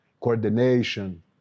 coordination